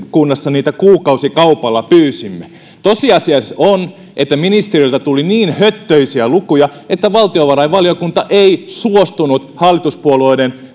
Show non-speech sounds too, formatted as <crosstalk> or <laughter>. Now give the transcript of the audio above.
niitä kuukausikaupalla pyysimme tosiasia on että ministeriöltä tuli niin höttöisiä lukuja että valtiovarainvaliokunta ei suostunut hallituspuolueiden <unintelligible>